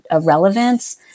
relevance